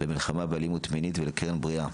למלחמה באלימות מינית ולקרן בריאה.